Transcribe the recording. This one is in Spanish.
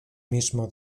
mismo